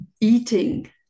eating